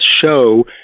show